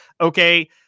Okay